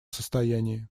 состоянии